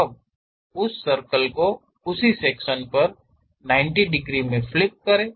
अब उस सर्कल को उसी सेक्शन पर 90 डिग्री में फ्लिप करें